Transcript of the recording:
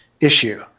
issue